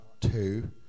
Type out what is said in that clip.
two